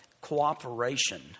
cooperation